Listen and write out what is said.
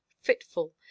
fitful